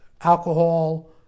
alcohol